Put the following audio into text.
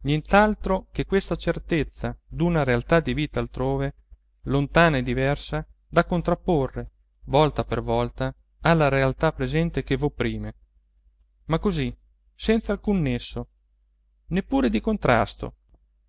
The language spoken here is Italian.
nient'altro che questa certezza d'una realtà di vita altrove lontana e diversa da contrapporre volta per volta alla realtà presente che v'opprime ma così senza alcun nesso neppure di contrasto